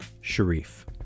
Sharif